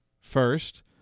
First